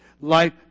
Life